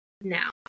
now